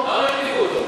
למה הרחיבו אותו?